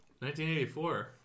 1984